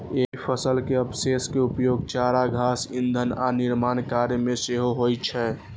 एहि फसल के अवशेष के उपयोग चारा, घास, ईंधन आ निर्माण कार्य मे सेहो होइ छै